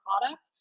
product